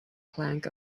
plank